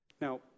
Now